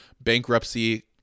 bankruptcy